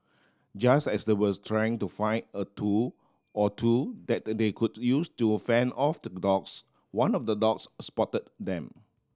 just as the was trying to find a tool or two that they could use to fend off the dogs one of the dogs spotted them